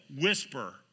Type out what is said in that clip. whisper